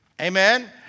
Amen